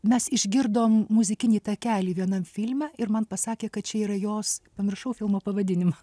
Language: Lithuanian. mes išgirdom muzikinį takelį vienam filme ir man pasakė kad čia yra jos pamiršau filmo pavadinimą